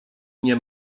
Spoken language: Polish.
nie